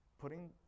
putting